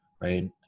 Right